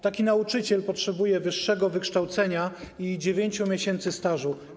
Taki nauczyciel potrzebuje wyższego wykształcenia i 9 miesięcy stażu.